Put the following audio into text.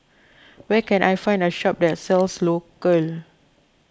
where can I find a shop that sells Isocal